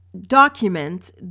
document